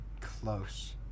Close